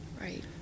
Right